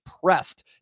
pressed